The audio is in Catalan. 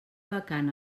vacant